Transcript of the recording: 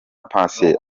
patient